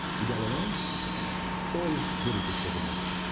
yigal allon, all villages were demolished.